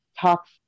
talks